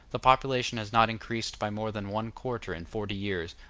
the population has not increased by more than one-quarter in forty years,